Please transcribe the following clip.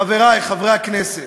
חברי חברי הכנסת,